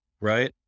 Right